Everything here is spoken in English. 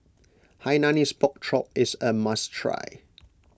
Hainanese Pork Chop is a must try